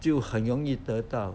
就很容易得到